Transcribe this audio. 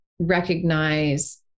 recognize